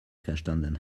verstanden